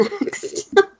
next